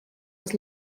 was